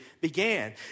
began